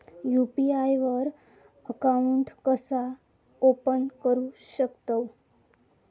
UPI वर account कसा open करू शकतव?